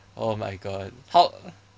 oh my god how